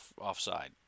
offside